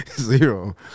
Zero